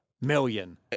million